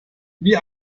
wie